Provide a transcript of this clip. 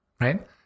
right